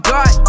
God